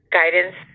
guidance